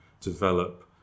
develop